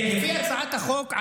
לפי הצעת החוק,